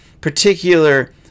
particular